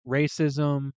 racism